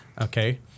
Okay